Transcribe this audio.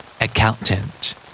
accountant